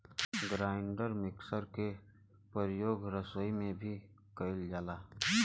grinder mixer के परियोग रसोई में भी कइल जाला